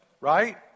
right